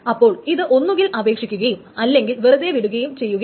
അപ്പോൾ ഇത് ഒന്നുകിൽ അപേക്ഷിക്കുകയും അല്ലെങ്കിൽ വെറുതെ വിടുകയും ചെയ്യുകയാണ്